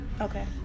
Okay